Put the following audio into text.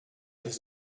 this